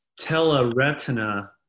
telaretina